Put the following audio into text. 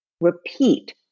repeat